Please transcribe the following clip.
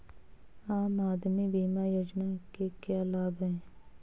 आम आदमी बीमा योजना के क्या लाभ हैं?